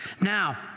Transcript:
Now